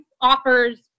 offers